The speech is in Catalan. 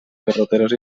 carreteres